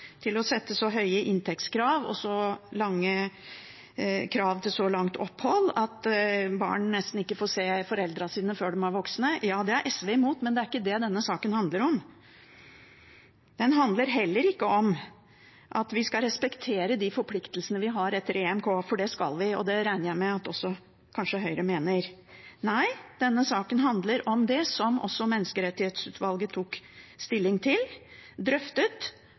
til å sette så høye inntektskrav og krav til så langt opphold at barn nesten ikke får se foreldrene sine før de er voksne, det er SV imot – men det er ikke det denne saken handler om. Den handler heller ikke om at vi skal respektere de forpliktelsene vi har etter EMK, for det skal vi, og det regner jeg med at også kanskje Høyre mener. Nei, denne saken handler om det som også Menneskerettighetsutvalget tok stilling til, drøftet